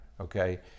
okay